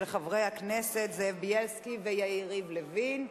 של חברי הכנסת זאב בילסקי ויריב לוין.